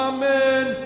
Amen